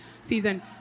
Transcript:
season